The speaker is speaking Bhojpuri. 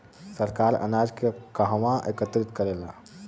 सरकार अनाज के कहवा एकत्रित करेला?